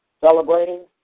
celebrating